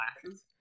classes